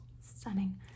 stunning